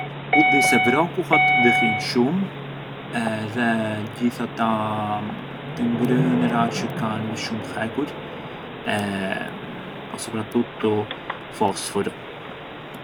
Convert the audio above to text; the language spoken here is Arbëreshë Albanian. U di se vrokullat ndihjën shumë, edhe gjithë ata të ngrënëra çë kanë shumë hekur e ma soprattuttu fosforu.